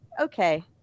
okay